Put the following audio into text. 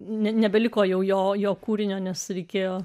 nebeliko jau jo kūrinio nes reikėjo